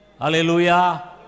Hallelujah